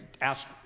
Ask